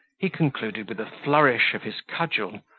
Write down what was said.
he concluded with a flourish of his cudgel,